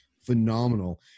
Phenomenal